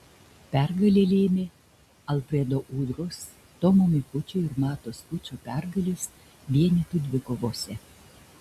pergalę lėmė alfredo udros tomo mikučio ir mato skučo pergalės vienetų dvikovose